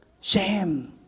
shame